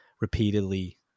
repeatedly